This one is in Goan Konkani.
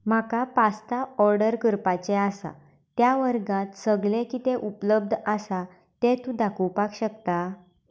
म्हाका पास्ता ऑर्डर करपाचे आसा त्या वर्गांत सगळें कितें उपलब्ध आसा तें तूं दाखोवपाक शकता